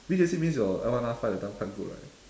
V_J_C means your L one R five that time quite good right